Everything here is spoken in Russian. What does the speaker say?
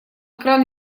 кран